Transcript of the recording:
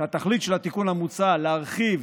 להרחיב